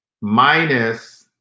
minus